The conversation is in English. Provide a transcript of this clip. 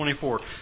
24